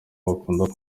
bakunda